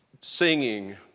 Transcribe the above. Singing